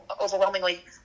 overwhelmingly